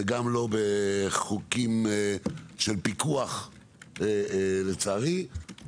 וגם לא בחוקים של פיקוח לצערי,